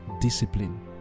discipline